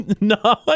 No